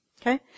okay